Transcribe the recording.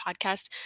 podcast